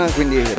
Quindi